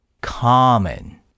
common